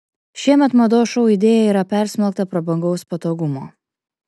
šiemet mados šou idėja yra persmelkta prabangaus patogumo